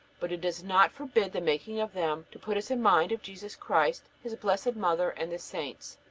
but it does not forbid the making of them to put us in mind of jesus christ, his blessed mother, and the saints.